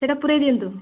ସେଇଟା ପୂରାଇ ଦିଅନ୍ତୁ